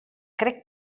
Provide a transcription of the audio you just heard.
crec